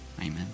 amen